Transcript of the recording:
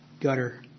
gutter